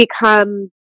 become